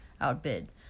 outbid